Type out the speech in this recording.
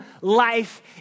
life